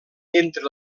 entre